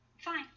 Fine